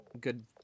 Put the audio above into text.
good